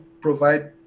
provide